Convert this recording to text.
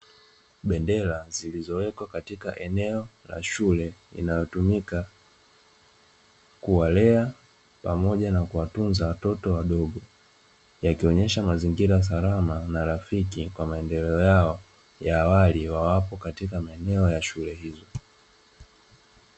Bendera zilizowekwa katika eneo la shule inayotumika kuwalea pamoja na kuwatunza watoto yakionyesha maendeleo yao ya awali